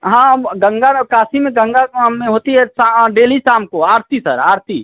हाँ गंगा और काशी में गंगा धाम में होती है डेली शाम को आरती सर आरती